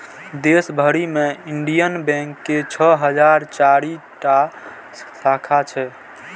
देश भरि मे इंडियन बैंक के छह हजार चारि टा शाखा छै